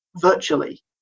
Virtually